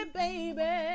baby